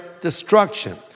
destruction